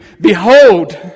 Behold